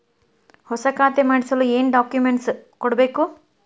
ಹೊಸ ಖಾತೆ ಮಾಡಿಸಲು ಏನು ಡಾಕುಮೆಂಟ್ಸ್ ಕೊಡಬೇಕು?